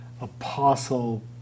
apostle